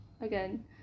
again